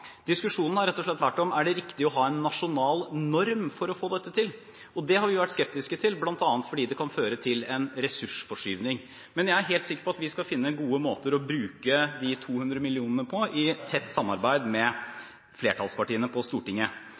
Diskusjonen har rett og slett vært om det er riktig å ha en nasjonal norm for å få dette til. Det har vi vært skeptiske til, bl.a. fordi det kan føre til en ressursforskyvning. Men jeg er helt sikker på at vi skal finne gode måter å bruke de 200 millionene på, i tett samarbeid med flertallspartiene på Stortinget.